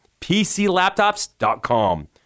PCLaptops.com